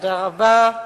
תודה רבה.